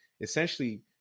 essentially